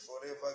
forever